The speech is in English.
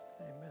Amen